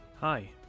Hi